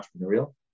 entrepreneurial